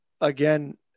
again